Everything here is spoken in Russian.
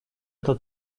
это